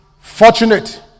fortunate